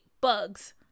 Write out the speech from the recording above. bugs